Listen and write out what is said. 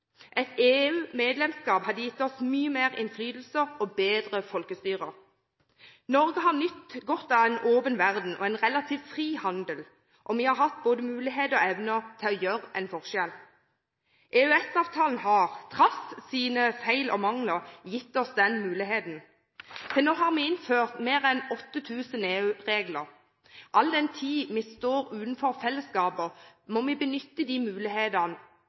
gitt oss mye mer innflytelse og bedre folkestyre. Norge har nytt godt av en åpen verden og en relativt fri handel, og vi har hatt både muligheter og evner til å gjøre en forskjell. EØS-avtalen har trass i sine feil og mangler gitt oss den muligheten. Til nå har vi innført mer enn 8 000 EU-regler. All den tid vi står utenfor fellesskapet, må vi benytte de mulighetene